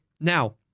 Now